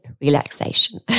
relaxation